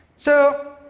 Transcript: so